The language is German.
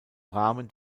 rahmen